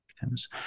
victims